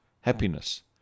happiness